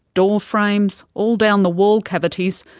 door frames, all down the wall cavities,